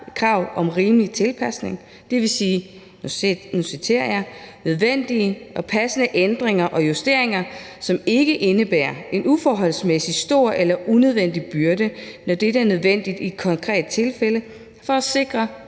krav om rimelig tilpasning, dvs. – og nu citerer jeg – »nødvendige og passende ændringer og justeringer, som ikke indebærer en uforholdsmæssig stor eller unødvendig byrde, når dette er nødvendigt i et konkret tilfælde for at sikre,